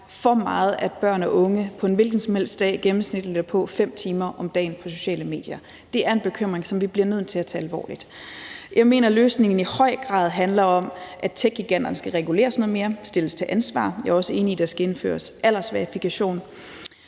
for meget, når børn og unge på en hvilken som helst dag gennemsnitligt er på sociale medier 5 timer om dagen. Det er en bekymring, som vi bliver nødt til at tage alvorligt. Jeg mener, løsningen i høj grad handler om, at techgiganterne skal reguleres noget mere og stilles til ansvar. Jeg er også enig i, at der skal indføres aldersverifikation.